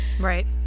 right